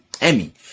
emmy